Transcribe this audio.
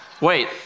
Wait